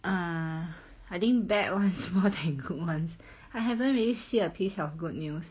err I think bad ones more than good ones I haven't really see a piece of good news